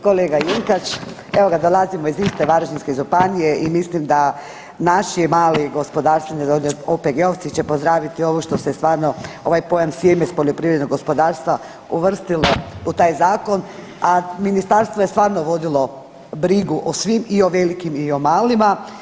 Kolega Jenkač, evo dolazimo iz iste Varaždinske županije i mislim da naši mali gospodarstveni OPG-ovci će pozdraviti ovo što se stvarno ovaj pojam sjeme s poljoprivrednog gospodarstva uvrstilo u taj zakon, a ministarstvo je stvarno vodilo brigu o svim i o velikim i o malima.